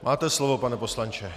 Máte slovo, pane poslanče.